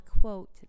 quote